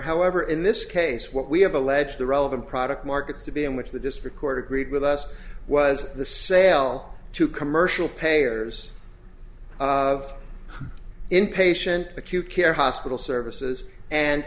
however in this case what we have alleged the relevant product markets to be in which the district court agreed with us was the sale to commercial payers of inpatient acute care hospital services and